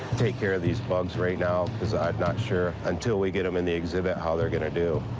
take care of these bugs right now. cause i'm not sure, until we get em in the exhibit, how they're gonna do.